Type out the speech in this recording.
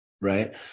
Right